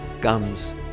comes